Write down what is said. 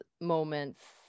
moments